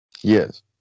yes